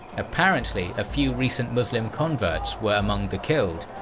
apparently, a few recent muslim converts were among the killed,